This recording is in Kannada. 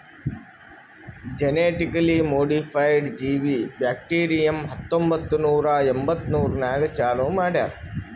ಜೆನೆಟಿಕಲಿ ಮೋಡಿಫೈಡ್ ಜೀವಿ ಬ್ಯಾಕ್ಟೀರಿಯಂ ಹತ್ತೊಂಬತ್ತು ನೂರಾ ಎಪ್ಪತ್ಮೂರನಾಗ್ ಚಾಲೂ ಮಾಡ್ಯಾರ್